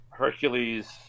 Hercules